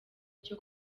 cyo